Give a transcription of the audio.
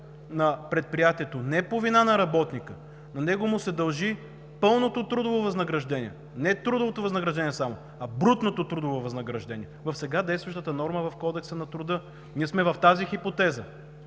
на предприятието не по вина на работника на него му се дължи пълното трудово възнаграждение – не само трудовото възнаграждение, а брутното трудово възнаграждение! В сега действащата норма в Кодекса на труда – ние сме точно в тази хипотеза.